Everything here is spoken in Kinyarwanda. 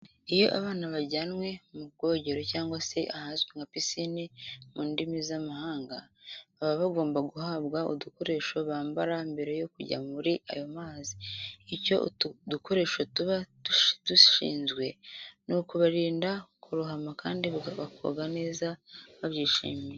Iyo abana bajyanwe mu bwogero cyangwa se ahazwi nka pisine mu ndimi z'amahanga, baba bagomba guhabwa udukoresho bambara mbere yo kujya muri ayo mazi. Icyo utu dukoresho tuba dushinzwe ni ukubarinda kurohama kandi bakoga neza babyishimiye.